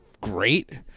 great